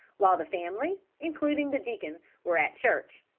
while the family, including the deacon, were at church.